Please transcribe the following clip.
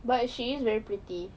but she is very pretty